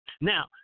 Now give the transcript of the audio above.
Now